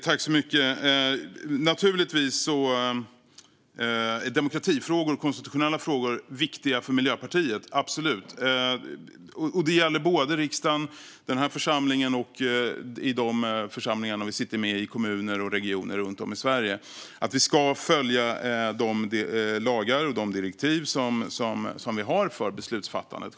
Herr talman! Demokratifrågor och konstitutionella frågor är absolut viktiga för Miljöpartiet. Det gäller såväl i riksdagen, den här församlingen, som i de församlingar i kommuner och regioner runt om i Sverige som vi sitter med i. Vi ska självklart följa de lagar och direktiv som finns för beslutsfattande.